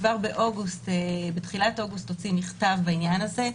כבר בתחילת אוגוסט הוציא מכתב בעניין הזה,